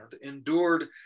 endured